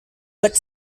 but